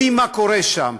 יודעים מה קורה שם,